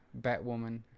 Batwoman